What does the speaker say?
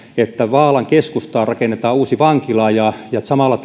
että vaalan keskustaan rakennetaan uusi vankila samalla